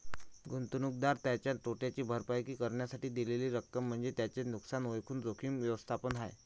गुंतवणूकदार त्याच्या तोट्याची भरपाई करण्यासाठी दिलेली रक्कम म्हणजे त्याचे नुकसान ओळखून जोखीम व्यवस्थापन आहे